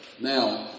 now